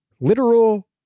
literal